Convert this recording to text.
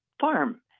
farm